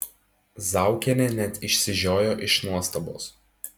zaukienė net išsižiojo iš nuostabos